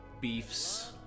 Beefs